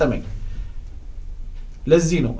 timing lets you know